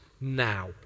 now